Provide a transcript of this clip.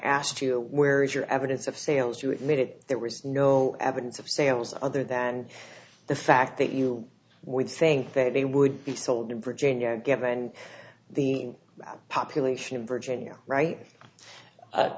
asked you where is your evidence of sales you admitted there was no evidence of sales other than the fact that you would think that they would be sold a bridge in your given the population of virginia right